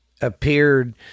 appeared